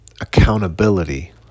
accountability